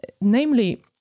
Namely